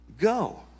Go